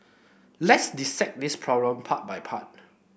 let's dissect this problem part by part